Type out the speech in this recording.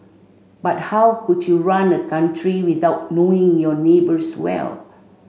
but how could you run a country without knowing your neighbours well